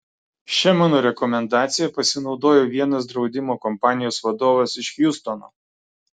šia mano rekomendacija pasinaudojo vienas draudimo kompanijos vadovas iš hjustono